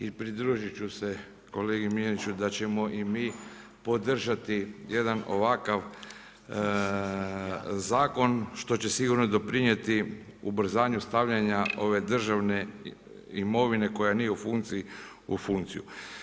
I pridružit ću se kolegi Miljeniću da ćemo i mi podržati jedan ovakav zakon što će sigurno doprinijeti ubrzanju stavljanja ove državne imovine koja nije u funkciji u funkciju.